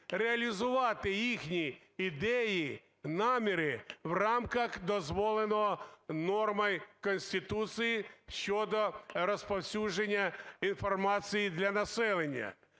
реалізувати їхні ідеї, наміри в рамках дозволеного нормою Конституції щодо розповсюдження інформації для населення.